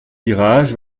virage